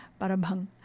parabang